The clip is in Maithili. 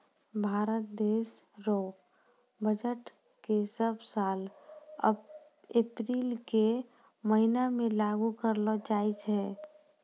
भारत देश रो बजट के सब साल अप्रील के महीना मे लागू करलो जाय छै